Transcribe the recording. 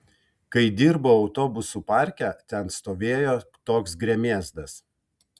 kai dirbau autobusų parke ten stovėjo toks gremėzdas